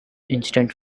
instant